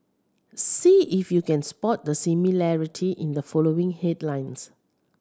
see if you can spot the similarity in the following headlines